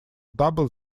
double